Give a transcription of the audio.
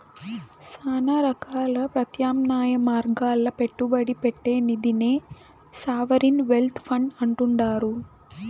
శానా రకాల ప్రత్యామ్నాయ మార్గాల్ల పెట్టుబడి పెట్టే నిదినే సావరిన్ వెల్త్ ఫండ్ అంటుండారు